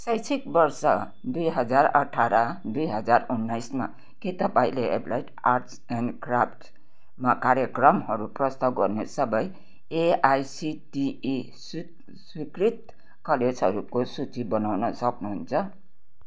शैक्षिक वर्ष दुई हजार अठार दुई हजार उन्नाइसमा के तपाईँँले एप्लाइड आर्ट्स एन्ड क्राफ्टमा कार्यक्रमहरू प्रस्ताव गर्ने सबै एआइसिटिई स्वी स्वीकृत कलेजहरूको सूची बनाउन सक्नुहुन्छ